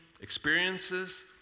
experiences